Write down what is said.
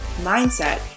mindset